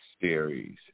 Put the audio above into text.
Series